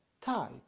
type